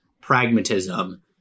pragmatism